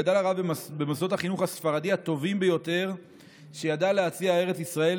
גדל הרב במוסדות החינוך הספרדי הטובים ביותר שידעה להציע ארץ ישראל